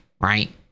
right